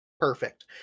perfect